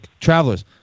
travelers